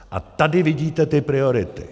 A tady vidíte ty priority.